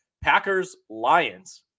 Packers-Lions